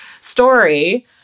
story